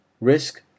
risk